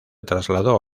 trasladó